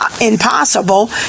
impossible